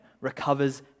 recovers